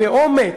באומץ,